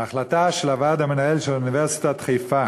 ההחלטה של הוועד המנהל של אוניברסיטת חיפה